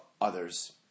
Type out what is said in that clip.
others